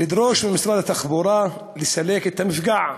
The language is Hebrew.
לדרוש ממשרד התחבורה לסלק את המפגע.